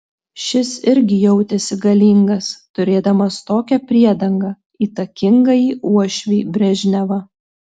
šis irgi jautėsi galingas turėdamas tokią priedangą įtakingąjį uošvį brežnevą